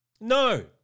No